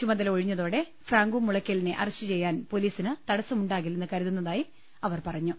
ചുമതല ഒഴിഞ്ഞതോടെ ഫ്രാങ്കോ മുളയ്ക്കലിനെ അറസ്റ്റ് ചെയ്യാൻ പൊലീസിന് തടസ്സമുണ്ടാകില്ലെന്ന് കരു തുന്നതായി അവർ പറഞ്ഞു